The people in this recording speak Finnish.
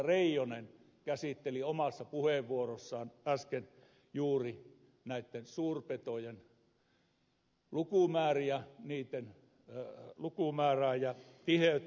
reijonen käsitteli omassa puheenvuorossaan äsken juuri näitten suurpetojen lukumääriä ja tiheyttä